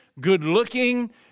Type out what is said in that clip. good-looking